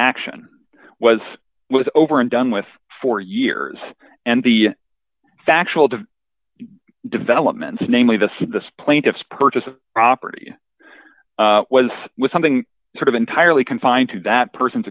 action was was over and done with for years and the factual to developments namely the plaintiff's purchase of property was was something sort of entirely confined to that person's